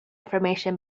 information